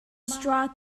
straw